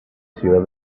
ciudad